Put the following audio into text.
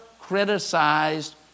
criticized